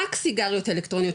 רק הסיגריות האלקטרוניות,